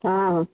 ହଁ ହଁ